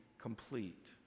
complete